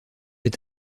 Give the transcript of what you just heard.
est